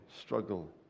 struggle